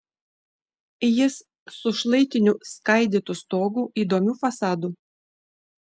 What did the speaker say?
jis su šlaitiniu skaidytu stogu įdomiu fasadu